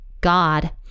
God